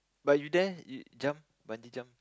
but you dare you jump bungee jump